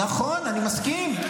נכון, אני מסכים.